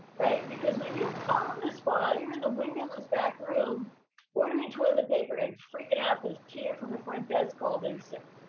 right? because when you own the spa, you're in the windowless backroom ordering toilet paper and freaking out cause tina from the front desk called in sick.